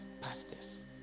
pastors